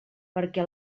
perquè